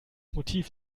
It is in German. motiv